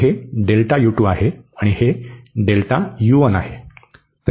तर हे आहे आणि हे आहे